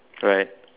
right